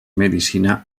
medicina